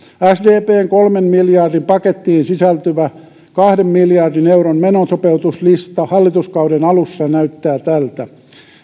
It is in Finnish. sdpn kolmen miljardin pakettiin sisältyvä kahden miljardin euron menosopeutuslista hallituskauden alussa näyttää tältä